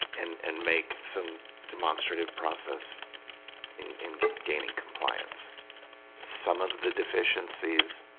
and and make some demonstrative process in in gaining compliance some of the deficiencies